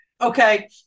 Okay